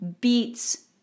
beats